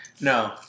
No